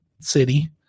city